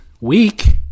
week